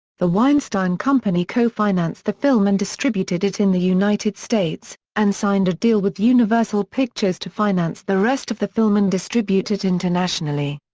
the weinstein company co-financed the film and distributed it in the united states, and signed a deal with universal pictures to finance the rest of the film and distribute it internationally.